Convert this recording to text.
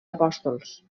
apòstols